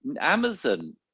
Amazon